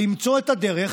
למצוא את הדרך